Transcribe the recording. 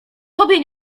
tobie